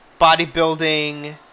bodybuilding